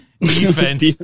defense